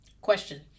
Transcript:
question